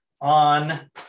on